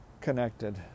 connected